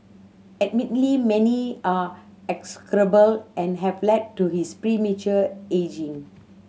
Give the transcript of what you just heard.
admittedly many are execrable and have led to his premature ageing